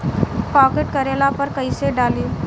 Pocket करेला पर कैसे डाली?